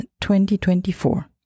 2024